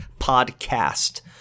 podcast